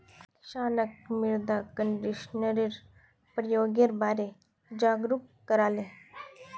किसानक मृदा कंडीशनरेर प्रयोगेर बारे जागरूक कराले